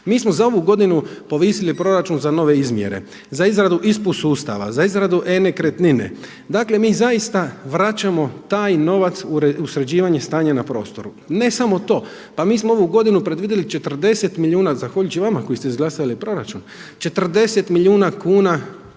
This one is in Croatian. Mi smo za ovu godinu povisili proračun za nove izmjere, za izradu ISP sustavu, za izradu e-nekretnine, dakle mi zaista vraćamo taj novac u sređivanje stanja na prostoru. Ne samo to, pa mi smo ovu godinu predvidjeli 40 milijuna zahvaljujući vama koji ste izglasali proračun, 40 milijuna kuna